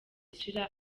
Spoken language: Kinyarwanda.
ishira